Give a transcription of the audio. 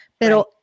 pero